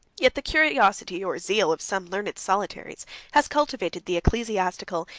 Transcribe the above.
yet the curiosity or zeal of some learned solitaries has cultivated the ecclesiastical,